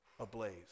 ablaze